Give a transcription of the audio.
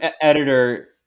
editor